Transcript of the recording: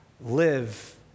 live